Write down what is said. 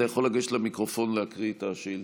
אתה יכול לגשת למיקרופון ולהקריא את השאלה.